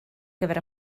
gyfer